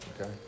Okay